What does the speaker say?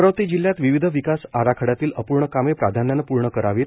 अमरावती जिल्ह्यात विविध विकास आराखड्यातील अपूर्ण कामे प्राधान्याने पूर्ण करावीत